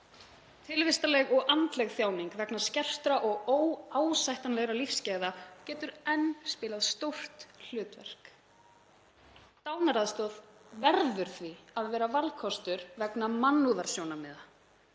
Tilvistarleg og andleg þjáning vegna skertra og óásættanlegra lífsgæða getur enn spilað stórt hlutverk. Dánaraðstoð verður því að vera valkostur vegna mannúðarsjónarmiða.